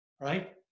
right